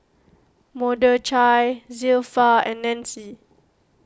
Mordechai Zilpha and Nancie